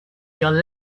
your